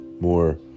more